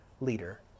leader